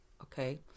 Okay